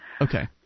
Okay